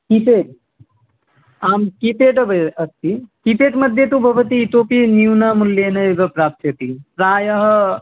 keypad आं keypad अपि अस्ति कीपेड् मध्ये तु भवती इतोऽपि न्यूनमूल्येन एव प्राप्स्यति प्रायः